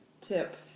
tip